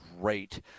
great